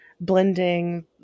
blending